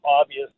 obvious